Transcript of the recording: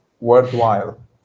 worthwhile